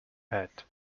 head